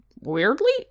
weirdly